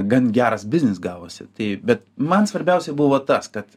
gan geras biznis gavosi tai bet man svarbiausia buvo tas kad